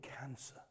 cancer